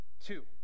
Two